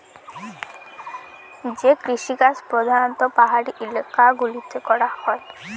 যে কৃষিকাজ প্রধানত পাহাড়ি এলাকা গুলোতে করা হয়